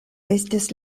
estis